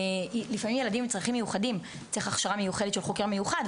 לפעמים יש ילדים עם צרכים מיוחדים וצריך הכשרה מיוחדת של חוקר מיוחד,